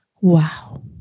Wow